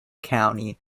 county